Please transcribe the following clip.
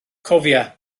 cofia